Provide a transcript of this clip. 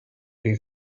who